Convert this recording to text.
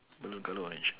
balloon colour orange